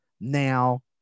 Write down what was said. now